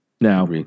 Now